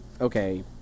okay